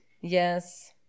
Yes